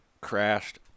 crashed